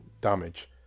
damage